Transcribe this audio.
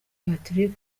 patrick